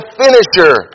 finisher